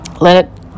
let